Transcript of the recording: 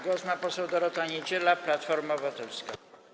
Głos ma poseł Dorota Niedziela, Platforma Obywatelska.